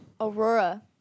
Aurora